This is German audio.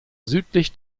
südlich